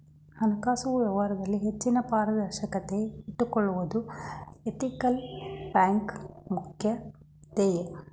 ಹಣಕಾಸು ವ್ಯವಹಾರದಲ್ಲಿ ಹೆಚ್ಚಿನ ಪಾರದರ್ಶಕತೆ ಇಟ್ಟುಕೊಳ್ಳುವುದು ಎಥಿಕಲ್ ಬ್ಯಾಂಕ್ನ ಪ್ರಮುಖ ಧ್ಯೇಯ